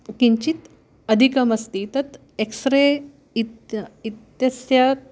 किञ्चित् अधिकमस्ति तत् एक्स् रे इति इत्यस्य